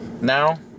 Now